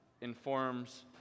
informs